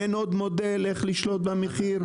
אין עוד מודל לשלוט במחיר?